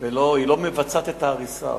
היא לא מבצעת את ההריסה.